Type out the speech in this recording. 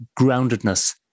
groundedness